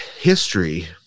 history